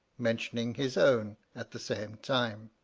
mentioning his own at the same time.